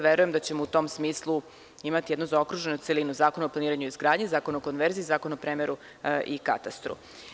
Verujem da ćemo u tom smislu imati jednu zaokruženu celinu, Zakon o planiranju i izgradnji, Zakon o konverziji, Zakon o premeru i katastru.